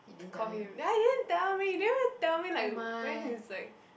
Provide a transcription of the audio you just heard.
I call him that he didn't tell me didn't even tell me like when he's like